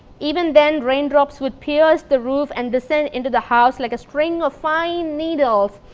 even then, raindrops would pierce the roof and descend into the house like a string of fine needles.